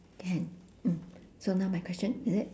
can mm so now my question is it